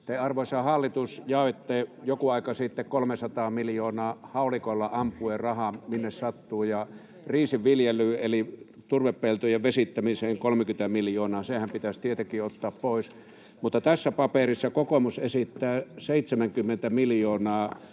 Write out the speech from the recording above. arvoisa hallitus, jaoitte joku aika sitten 300 miljoonaa haulikolla ampuen rahaa minne sattuu ja riisinviljelyyn eli turvepeltojen vesittämiseen 30 miljoonaa. Sehän pitäisi tietenkin ottaa pois. Tässä paperissa kokoomus esittää, että 70 miljoonaa